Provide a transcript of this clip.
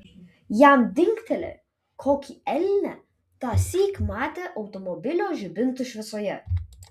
jam dingtelėjo kokį elnią tąsyk matė automobilio žibintų šviesoje